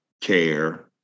care